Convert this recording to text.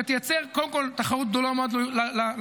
תייצר קודם כול תחרות גדולה מאוד ליוניליוור,